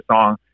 song